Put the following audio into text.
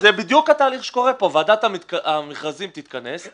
זה בדיוק התהליך שקורה פה ועדת המכרזים תתכנס,